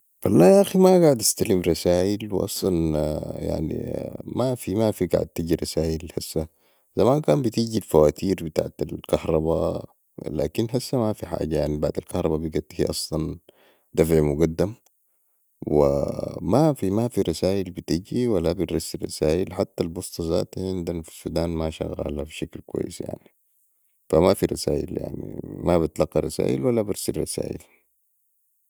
والله ياخي ماقعد استلم رسائل واصلت مافي مافي قعد تجي رسائل هسع زمان كان بتجي فواتير بتاعت الكهرباء لكن هسع مافي حاجه بعد الكهرباء بقيت هي اصلا دفع مقدم ومافي مافي رسائل بتجي ولا بنرسل رسائل حتي البسطه زاتا عندنا في السودان بشكل كويس يعني فمافي رسائل يعني مابتلقي رسائل ولا برسل رسائل